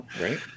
right